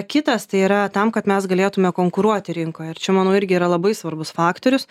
kitas tai yra tam kad mes galėtume konkuruoti rinkoje ir čia manau irgi yra labai svarbus faktorius